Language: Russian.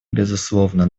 безусловно